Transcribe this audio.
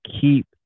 keep